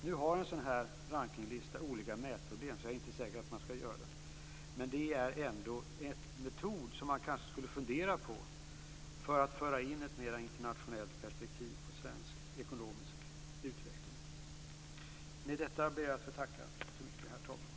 Nu har en sådan här rankningslista olika mätproblem, så jag är inte säker på att man skall göra det. Men det är ändå en metod som man kanske skulle fundera på för att föra in ett mer internationellt perspektiv på svensk ekonomisk utveckling. Med detta ber jag att få tacka så mycket, herr talman!